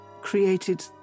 created